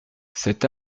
cet